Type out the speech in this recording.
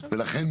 ולכן,